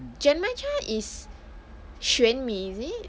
genmaicha is 玄米 is it